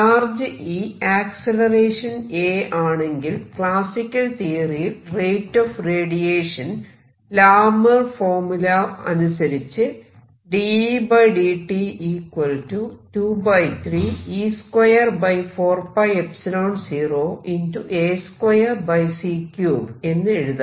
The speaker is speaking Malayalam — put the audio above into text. ചാർജ് e ആക്സിലറേഷൻ a ആണെങ്കിൽ ക്ലാസിക്കൽ തിയറിയിൽ rate of radiation Larmor formula Larmor's formula അനുസരിച്ച് എന്ന് എഴുതാം